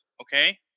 okay